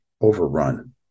overrun